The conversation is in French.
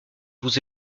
vous